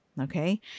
Okay